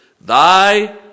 Thy